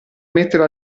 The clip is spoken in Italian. mettere